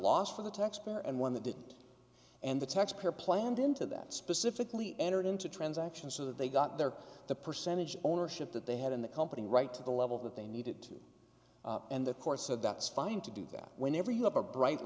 loss for the taxpayer and one that didn't and the taxpayer planned into that specifically entered into transactions so that they got their the percentage ownership that they had in the company right to the level that they needed to and the court said that's fine to do that whenever you have a bright